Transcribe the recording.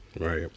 Right